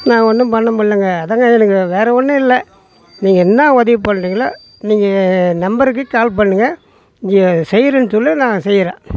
நான் ஒன்றும் பண்ணமுடிலங்க அதான்ங்க எனக்கு வேறு ஒன்றும் இல்லை நீங்கள் என்ன உதவி பண்ணுறிங்களோ நீங்கள் என் நம்பருக்கு கால் பண்ணுங்கள் இங்கே செய்கிறேன்னு சொல் நான் செய்கிறேன்